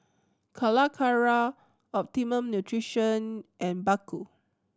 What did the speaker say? Calacara Optimum Nutrition and Baggu